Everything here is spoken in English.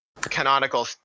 canonical